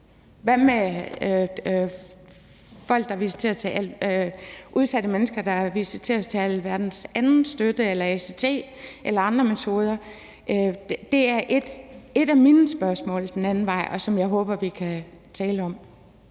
Hvad med udsatte mennesker, der er visiteret til alverdens anden støtte eller ACT-metoden eller andre metoder? Det er et af mine spørgsmål den anden vej, som jeg håber vi kan tale om